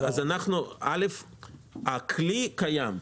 הכלי קיים.